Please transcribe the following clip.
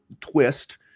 twist